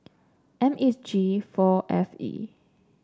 M H G four F E